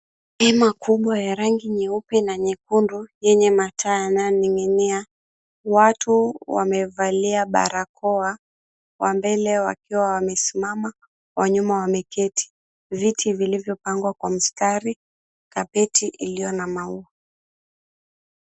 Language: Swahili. Hema kubwa ya rangi nyeupe na nyekundu yenye mataa yanayoning'inia. Watu wamevalia barakoa, wa mbele wakiwa wamesimama, wa nyuma wameketi. Viti vilivyopangwa kwa mstari, kapeti iliyo na maua.